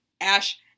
ash